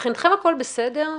מבחינתכם הכול בסדר?